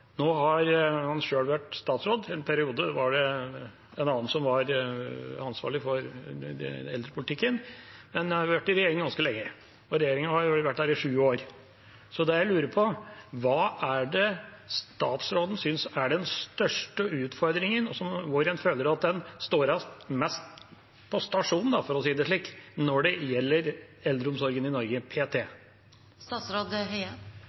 En periode var det en annen som var ansvarlig for eldrepolitikken, men statsråden har vært i regjeringen ganske lenge – i sju år. Jeg lurer på: Hva er det statsråden synes er den største utfordringen? Hvor er det han føler at man står mest igjen på stasjonen, for å si det slik, når det gjelder eldreomsorgen i Norge